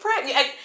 pregnant